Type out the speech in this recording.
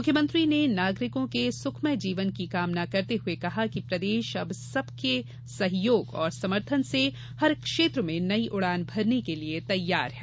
मुख्यमंत्री ने नागरिकों के सुखमय जीवन की कामना करते हुए प्रदेश अब सबके सहयोग और समर्थन से हरक्षेत्र में नई उड़ान भरने के लिये तैयार है